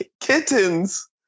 kittens